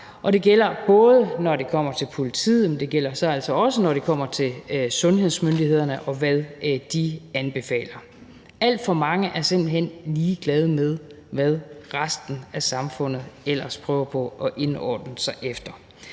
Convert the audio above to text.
det gælder både, når det kommer til politiet, men det gælder så altså også, når det kommer til sundhedsmyndighederne, og hvad de anbefaler. Alt for mange er simpelt hen ligeglade med, hvad resten af samfundet ellers prøver på at indordne sig efter.